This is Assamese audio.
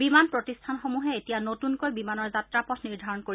বিমান প্ৰতিষ্ঠানসমূহে এতিয়া নতূনকৈ বিমানৰ যাত্ৰাপথ নিৰ্ধাৰণ কৰিব